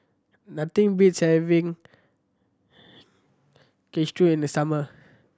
nothing beats having Kushikatsu in the summer